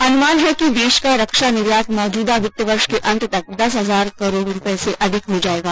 अनुमान है कि देश का रक्षा निर्यात मौजूदा वित्त वर्ष के अंत तक दस हजार करोड़ रूपये से अधिक हो जायेगा